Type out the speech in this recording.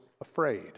afraid